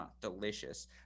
delicious